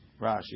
Rashi